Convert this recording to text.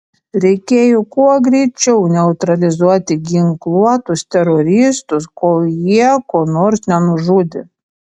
reikėjo kuo greičiau neutralizuoti ginkluotus teroristus kol jie ko nors nenužudė